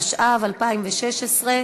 התשע"ו 2016,